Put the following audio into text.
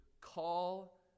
call